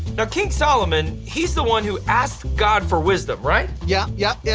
now king solomon, he's the one who asked god for wisdom, right? yeah yup, yeah